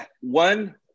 One